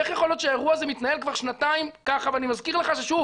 איך יכול להיות שהאירוע הזה מתנהל כבר שנתיים כך ואני מזכיר לך שוב